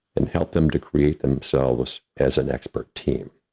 and help them to create themselves as an expert team.